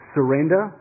Surrender